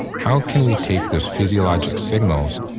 how can we take those physiologic signals,